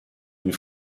une